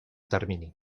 termini